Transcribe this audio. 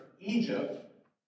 Egypt